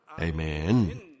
Amen